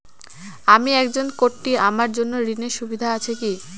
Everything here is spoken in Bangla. আমি একজন কট্টি আমার জন্য ঋণের সুবিধা আছে কি?